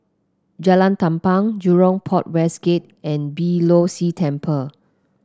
Jalan Tampang Jurong Port West Gate and Beeh Low See Temple